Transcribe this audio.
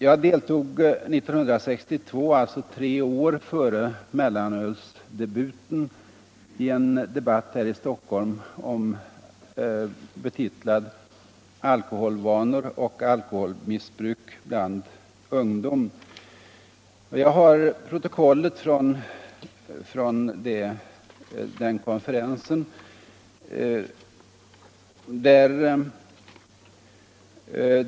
Jag deltog 1962, alltså tre år före mellanölsdebuten, i en debatt här i Stockholm om alkoholvanor och alkoholmissbruk bland ungdom, och jag har här protokollet från denna konferens.